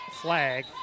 flag